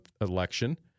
election